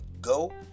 go